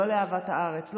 לא לאהבת הארץ,